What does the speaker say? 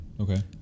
Okay